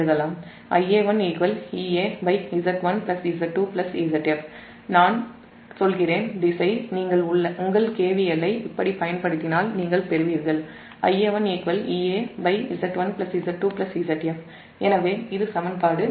இதை நீங்கள் இப்படிப் பயன்படுத்தினால் உங்கள் KVL ஐ நீங்கள் பெறுவீர்கள் எனவே இது சமன்பாடு 27